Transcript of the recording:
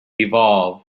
evolve